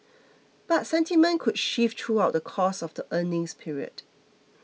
but sentiment could shift throughout the course of the earnings period